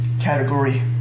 category